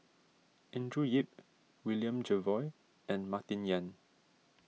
Andrew Yip William Jervois and Martin Yan